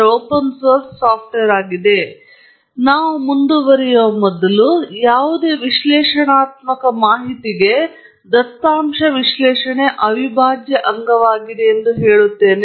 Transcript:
ಈಗ ನಾವು ಮುಂದುವರಿಯುವ ಮೊದಲು ಯಾವುದೇ ವಿಶ್ಲೇಷಣಾತ್ಮಕ ಮಾಹಿತಿಯ ದತ್ತಾಂಶ ವಿಶ್ಲೇಷಣೆ ಅವಿಭಾಜ್ಯ ಅಂಗವಾಗಿದೆ ಎಂದು ಹೇಳುತ್ತೇನೆ